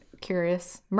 curious